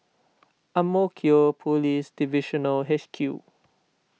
Ang Mo Kio Police Divisional H Q